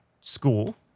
school